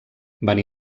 van